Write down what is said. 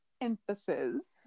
emphasis